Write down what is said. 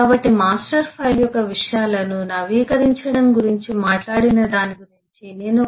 కాబట్టి master file యొక్క విషయాలను నవీకరించడం గురించి మాట్లాడిన దాని గురించి నేను ఒక సూచన చేస్తున్నాను